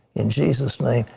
in jesus' name.